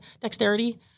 dexterity